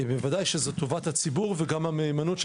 בוודאי כשזה נוגע לטובת הציבור וגם למהימנות של